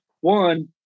one